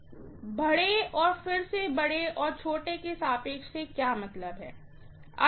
मेरे बड़े फिर से बड़े और छोटे सापेक्ष से क्या मतलब है